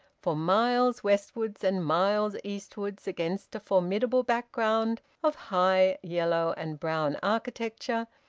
for miles westwards and miles eastwards, against a formidable background of high, yellow and brown architecture,